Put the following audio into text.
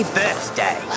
birthday